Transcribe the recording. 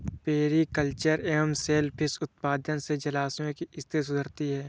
polyculture एवं सेल फिश उत्पादन से जलाशयों की स्थिति सुधरती है